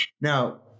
Now